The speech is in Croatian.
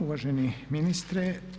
Uvaženi ministre.